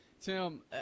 Tim